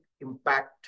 impact